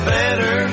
better